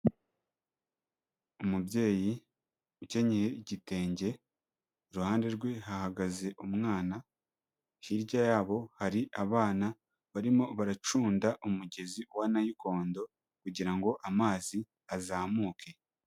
Umubyeyi ukenyeye igitenge iruhande rwe hahagaze umwana, hirya yabo hari abana barimo baracunda umugezi wa nayikondo kugira ngo amazi azamuke.